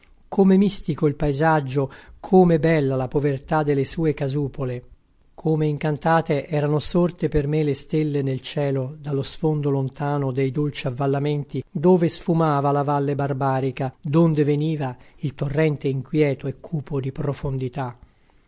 come mistico il paesaggio come bella la povertà delle sue casupole come incantate erano sorte per me le stelle nel cielo dallo sfondo lontano dei dolci avvallamenti dove sfumava la valle barbarica donde veniva il torrente inquieto e cupo di profondità